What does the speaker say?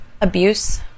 Abuse